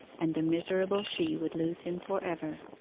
and the miserable she would lose him for ever.